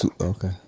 okay